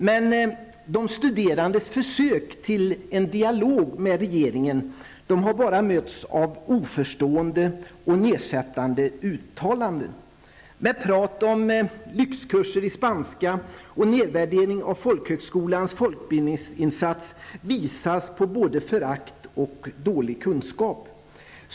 Men de studerandes försök till en dialog med regeringen har bara mötts av oförstående och nedsättande uttalanden. Talet om lyxkurser i spanska och nedvärdering av folkhögskolans folkbildningsinsats är bevis på både förakt och dålig kunskap.